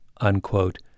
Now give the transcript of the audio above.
unquote